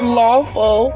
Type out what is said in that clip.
lawful